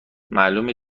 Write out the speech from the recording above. معلومه